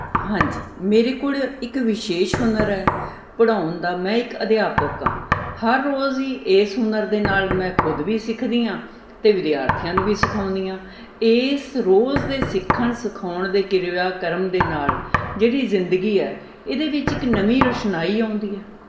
ਹਾਂਜੀ ਮੇਰੇ ਕੋਲ ਇੱਕ ਵਿਸ਼ੇਸ਼ ਹੁਨਰ ਹੈ ਪੜ੍ਹਾਉਣ ਦਾ ਮੈਂ ਇੱਕ ਅਧਿਆਪਕ ਹਾਂ ਹਰ ਰੋਜ਼ ਹੀ ਇਸ ਹੁਨਰ ਦੇ ਨਾਲ਼ ਮੈਂ ਖੁਦ ਵੀ ਸਿੱਖਦੀ ਹਾਂ ਅਤੇ ਵਿਦਿਆਰਥੀਆਂ ਨੂੰ ਵੀ ਸਿਖਾਉਂਦੀ ਹਾਂ ਇਸ ਰੋਜ਼ ਦੇ ਸਿੱਖਣ ਸਿਖਾਉਣ ਦੇ ਕਿਰਿਆ ਕ੍ਰਮ ਦੇ ਨਾਲ ਜਿਹੜੀ ਜ਼ਿੰਦਗੀ ਹੈ ਇਹਦੇ ਵਿੱਚ ਇੱਕ ਨਵੀਂ ਰੁਸ਼ਨਾਈ ਆਉਂਦੀ ਆ